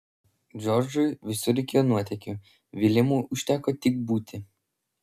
džordžui visur reikėjo nuotykių viljamui užteko tik būti